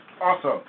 Awesome